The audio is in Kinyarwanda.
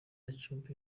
juppé